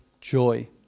joy